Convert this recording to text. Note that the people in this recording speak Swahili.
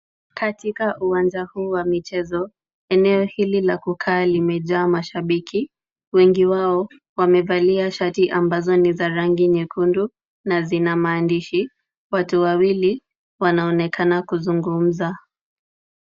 Katika uwanja huu wa michezo, eneo hili la kukaa limejaa mashabiki. Wengi wao wamevalia shati ambazo ni za rangi nyekundu na zina maandishi. Watu wawili wanaonekana kuzungumza.